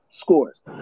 scores